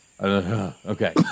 Okay